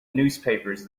newspapers